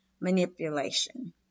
manipulation